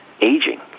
aging